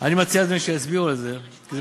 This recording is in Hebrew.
אני מציע שיצביעו על זה, אדוני.